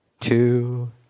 Two